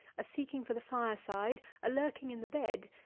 a seeking for the fire-side, a lurking in the bed,